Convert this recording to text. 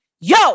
yo